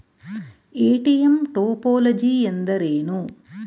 ATM topology ಎಂದರೇನು?